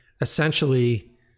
essentially